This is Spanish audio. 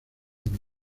nuevo